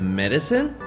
medicine